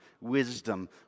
wisdom